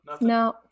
no